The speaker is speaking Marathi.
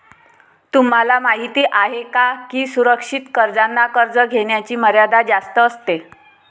तुम्हाला माहिती आहे का की सुरक्षित कर्जांना कर्ज घेण्याची मर्यादा जास्त असते